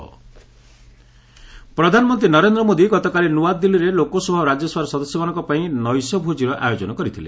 PM dinner ପ୍ରଧାନମନ୍ତ୍ରୀ ନରେନ୍ଦ୍ର ମୋଦି ଗତକାଲି ନୂଆଦିଲ୍ଲୀରେ ଲୋକସଭା ଓ ରାଜ୍ୟସଭାର ସଦସ୍ୟମାନଙ୍କ ପାଇଁ ନୈଶଭୋଜିର ଆୟୋଜନ କରିଥିଲେ